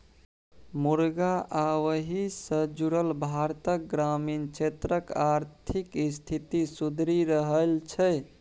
मुरगा आ ओहि सँ जुरल भारतक ग्रामीण क्षेत्रक आर्थिक स्थिति सुधरि रहल छै